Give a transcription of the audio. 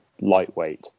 lightweight